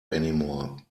anymore